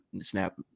snap